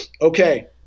Okay